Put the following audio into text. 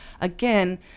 again